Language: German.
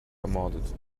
ermordet